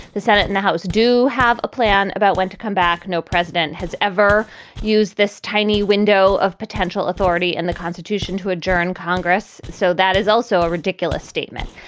the senate and the house do have a plan about when to come back. no president has ever used this tiny window of potential authority in the constitution to adjourn congress. so that is also a ridiculous statement.